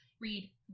Read